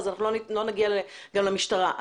לא נגיע למשטרה.